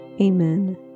Amen